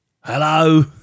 Hello